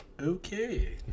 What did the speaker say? Okay